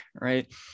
right